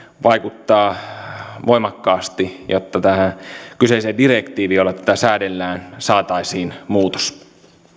vaikuttaa voimakkaasti jotta tähän kyseiseen direktiiviin jolla tätä säädellään saataisiin muutos